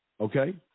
okay